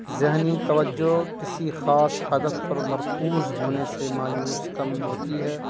ذہنی توجہ کسی خاص ہدف پر مرکوز ہونے سے مایوس کم ہوتی ہے